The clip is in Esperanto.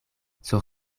sur